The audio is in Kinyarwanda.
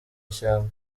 ishyamba